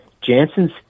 Jansen's